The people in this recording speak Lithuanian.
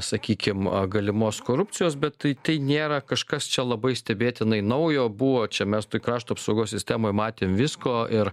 sakykim galimos korupcijos bet tai tai nėra kažkas čia labai stebėtinai naujo buvo čia mes toj krašto apsaugos sistemoj matėm visko ir